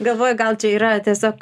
galvoj gal čia yra tiesiog